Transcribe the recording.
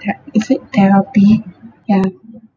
the~ is it therapy ya